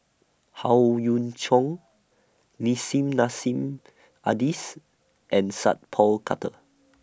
Howe Yoon Chong Nissim Nassim Adis and Sat Pal Khattar